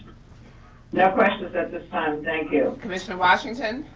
no questions at this time. thank you. commissioner washington.